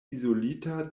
izolita